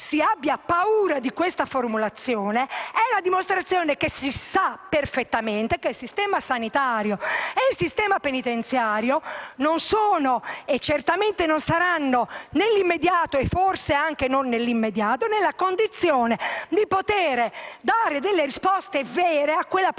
si abbia paura di questa formulazione è la dimostrazione che si sa perfettamente che il sistema sanitario e il sistema penitenziario certamente non sono nell'immediato - e, forse, anche non nell'immediato - nella condizione di poter dare delle risposte vere a quella popolazione